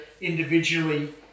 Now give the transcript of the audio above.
individually